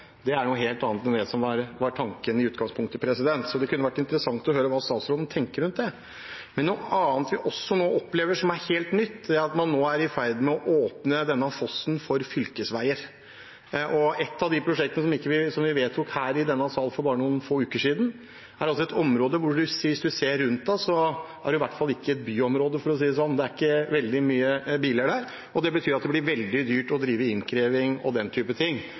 Det er noe helt annet enn det som var tanken i utgangspunktet. Det kunne vært interessant å høre hva statsråden tenker rundt det. Noe annet vi også opplever, som er helt nytt, er at man nå er i ferd med å åpne denne fossen av fylkesveier. Et av de prosjektene som vi vedtok her i salen for bare få uker siden, er i et område – hvis man ser seg rundt – som i hvert fall ikke er et byområde, for å si det sånn. Det er ikke veldig mange biler der, og det betyr at det blir veldig dyrt å drive innkreving og